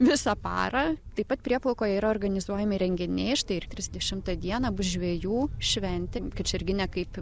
visą parą taip pat prieplaukoje yra organizuojami renginiai štai ir trisdešimtą dieną bus žvejų šventė kačerginė kaip